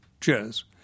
cheers